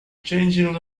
changing